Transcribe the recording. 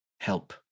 help